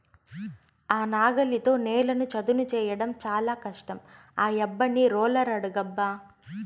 ఆ నాగలితో నేలను చదును చేయడం చాలా కష్టం ఆ యబ్బని రోలర్ అడుగబ్బా